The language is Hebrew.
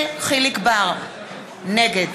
נגד